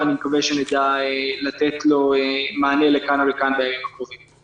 ואני מקווה שנוכל לתת לו מענה לכאן או לכאן בימים הקרובים.